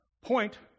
point